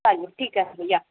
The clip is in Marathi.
चालेल ठीक आहे या